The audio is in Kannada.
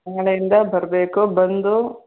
ನಾಳೆಯಿಂದ ಬರಬೇಕು ಬಂದು